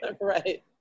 Right